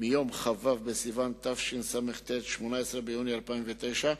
מיום כ"ו בסיוון התשס"ט, 18 ביוני 2009,